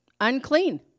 unclean